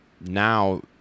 now